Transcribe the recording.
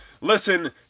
Listen